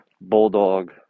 bulldog